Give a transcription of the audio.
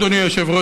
אדוני היושב-ראש,